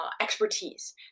expertise